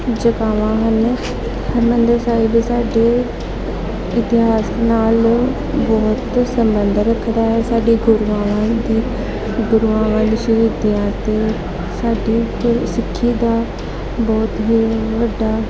ਜਗ੍ਹਾ ਹਨ ਹਰਮੰਦਰ ਸਾਹਿਬ ਸਾਡੇ ਇਤਿਹਾਸ ਨਾਲ ਬਹੁਤ ਸੰਬੰਧ ਰੱਖਦਾ ਹੈ ਸਾਡੇ ਗੁਰੂਆਂ ਦੀ ਗੁਰੂਆਂ ਦੀ ਸ਼ਹੀਦੀਆਂ ਅਤੇ ਸਾਡੀ ਜਿਹੜੀ ਸਿੱਖੀ ਦਾ ਬਹੁਤ ਹੀ ਵੱਡਾ